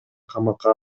камакка